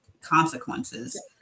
consequences